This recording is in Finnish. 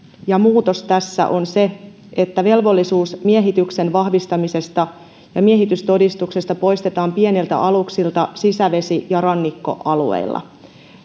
ja muutos tässä on se että velvollisuus miehityksen vahvistamisesta ja miehitystodistuksesta poistetaan pieniltä aluksilta sisävesi ja rannikkoalueilla